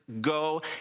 go